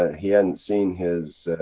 ah he hadn't seen his.